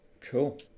cool